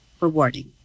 rewarding